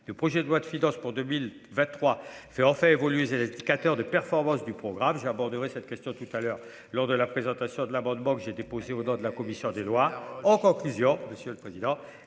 le projet de loi de finances pour 2023, c'est en fait évoluer les indicateurs de performance du programme j'aborderai cette question tout à l'heure lors de la présentation de l'amendement que j'ai déposé au nom de la commission des lois, en conclusion, monsieur le président,